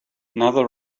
another